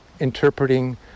interpreting